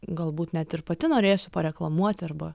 galbūt net ir pati norėsiu pareklamuoti arba